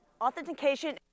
authentication